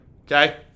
okay